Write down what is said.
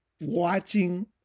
watching